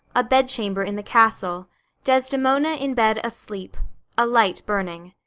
a bedchamber in the castle desdemona in bed asleep a light burning.